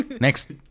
Next